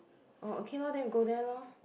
oh okay loh then we go there loh